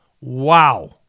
Wow